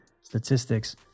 statistics